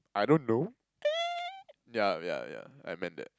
I don't know !ee! ya ya ya I meant that